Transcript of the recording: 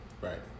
Right